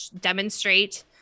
demonstrate